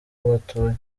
batuye